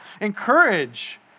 encourage